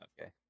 Okay